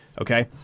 Okay